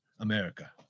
America